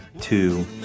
two